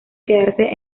quedarse